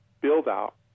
build-out